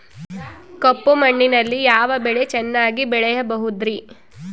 ಕಪ್ಪು ಮಣ್ಣಿನಲ್ಲಿ ಯಾವ ಬೆಳೆ ಚೆನ್ನಾಗಿ ಬೆಳೆಯಬಹುದ್ರಿ?